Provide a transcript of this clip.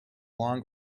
long